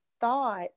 thought